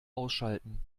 ausschalten